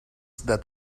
that